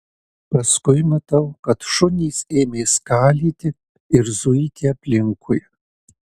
paskui matau kad šunys ėmė skalyti ir zuiti aplinkui